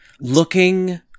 looking